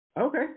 Okay